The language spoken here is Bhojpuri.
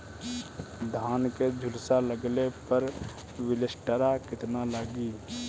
धान के झुलसा लगले पर विलेस्टरा कितना लागी?